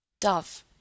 Dove